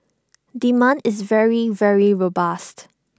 demand is very very robust